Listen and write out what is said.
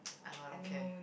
I know I don't care